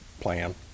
plan